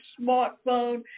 smartphone